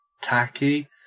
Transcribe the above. tacky